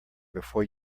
before